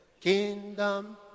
kingdom